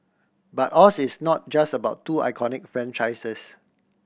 but Oz is not just about two iconic franchises